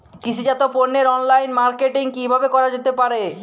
কৃষিজাত পণ্যের online marketing কিভাবে করা যেতে পারে?